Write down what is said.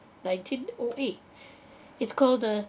nineteen o eight it's called the